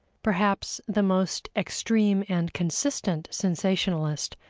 perhaps the most extreme and consistent sensationalist,